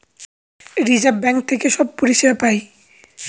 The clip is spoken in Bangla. রিজার্ভ বাঙ্ক থেকে সব পরিষেবা পায়